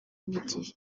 n’igihe